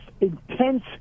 intense